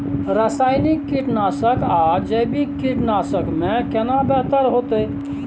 रसायनिक कीटनासक आ जैविक कीटनासक में केना बेहतर होतै?